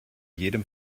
jedem